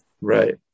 right